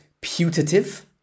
putative